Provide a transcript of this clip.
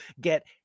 get